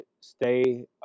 stay